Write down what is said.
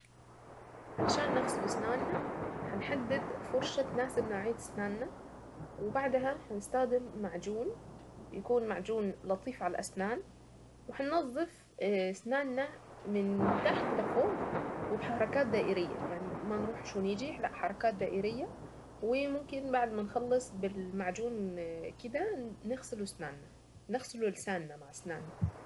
علشان نغسل اسناننا هنحدد فرشة تناسب نوعية اسناننا وبعدها هنستخدم معجون يكون معجون لطيف عالاسنان وهنظف سنانا من تحت لفوق وبحركات دائرية يعني ما نروحش ونيجي لا حركات دائرية وممكن بعد كده بالمعجون كده نغسل سنانا ونغسل لساننا